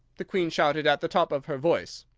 the queen shouted at the top of her voice.